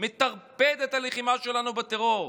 מטרפד את הלחימה שלנו בטרור.